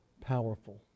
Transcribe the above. powerful